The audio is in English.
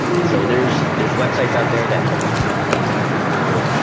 and so there's there's websites out there that help you calculate, if you google